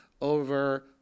over